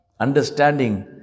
Understanding